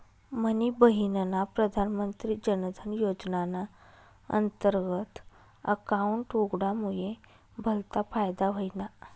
मनी बहिनना प्रधानमंत्री जनधन योजनाना अंतर्गत अकाउंट उघडामुये भलता फायदा व्हयना